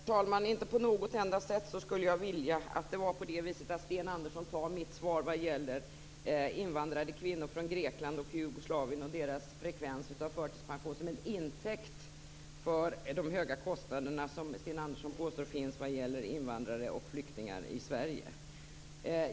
Herr talman! Inte på något enda sätt skulle jag vilja att Sten Andersson tar mitt svar när det gäller invandrade kvinnor från Grekland och Jugoslavien och deras förtidspensioneringsfrekvens som en intäkt för de höga kostnader som Sten Andersson påstår finns för invandrare och flyktingar i Sverige.